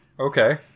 Okay